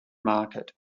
market